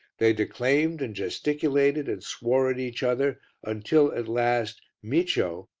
they declaimed and gesticulated and swore at each other until, at last, micio,